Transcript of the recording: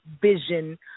vision